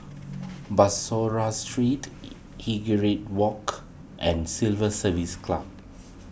Bussorah Street Walk and Civil Service Club